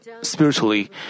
spiritually